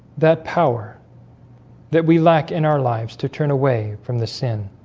that power that we lack in our lives to turn away from the sin.